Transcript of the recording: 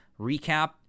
recap